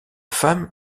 femme